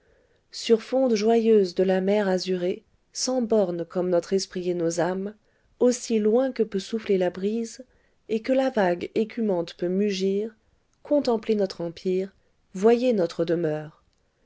sur fonde joyeuse de la mer azurée sans bornes comme notre esprit et nos âmes aussi loin que peut souffler la brise et que la vague écumante peut mugir contemplez notre empire voyez notre demeure